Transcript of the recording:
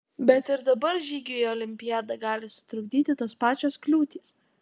bet ir dabar žygiui į olimpiadą gali sutrukdyti tos pačios kliūtys